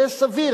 זה סביר,